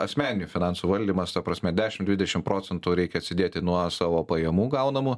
asmeninių finansų valdymas ta prasme dešim dvidešim procentų reikia atsidėti nuo savo pajamų gaunamų